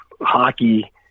hockey